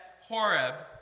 Horeb